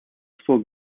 for